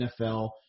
NFL